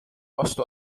vastu